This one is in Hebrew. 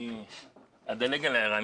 אני אדלג על ההערה,